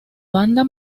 banda